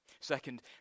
Second